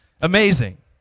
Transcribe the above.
Amazing